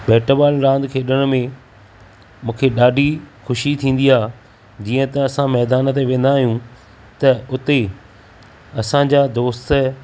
bat ball रांदि खेॾणु में मूंखे ॾाढी खु़शी थींदी आहे जीअं त असां मैदान ते वेंदा आहियूं त उते ई असांजा दोस्त